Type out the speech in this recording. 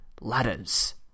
ladders